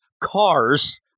cars